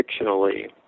fictionally